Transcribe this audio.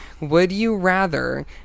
would-you-rather